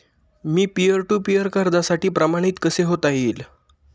Me peer to peer कर्जासाठी प्रमाणित कसे होता येईल?